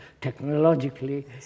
Technologically